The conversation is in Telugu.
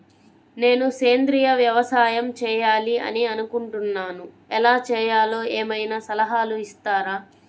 నేను సేంద్రియ వ్యవసాయం చేయాలి అని అనుకుంటున్నాను, ఎలా చేయాలో ఏమయినా సలహాలు ఇస్తారా?